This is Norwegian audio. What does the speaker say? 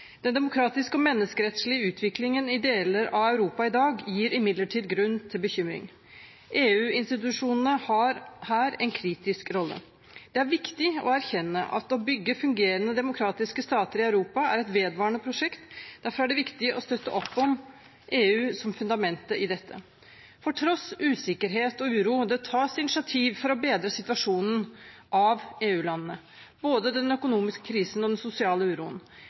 Den demokratiske og menneskerettslige utviklingen i deler av Europa i dag gir imidlertid grunn til bekymring. EU-institusjonene har her en kritisk rolle. Det er viktig å erkjenne at å bygge fungerende demokratiske stater i Europa er et vedvarende prosjekt. Derfor er det viktig å støtte opp om EU som fundamentet i dette. Tross usikkerhet og uro tas det initiativ av EU-landene for å bedre situasjonen med både den økonomiske krisen og den sosiale uroen.